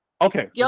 Okay